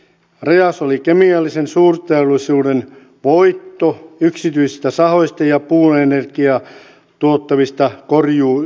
rajaus oli kemiallisen suurteollisuuden voitto yksityisistä sahoista ja puuenergiaa tuottavista korjuuyrityksistä